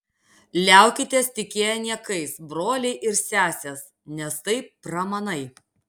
liaukitės tikėję niekais broliai ir sesės nes tai pramanai